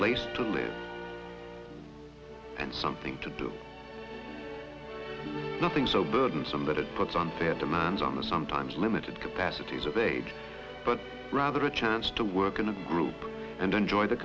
place to live and something to do nothing so burdensome that it puts unfair demands on the sometimes limited capacities of age but rather a chance to work in a group and enjoy the